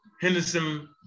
Henderson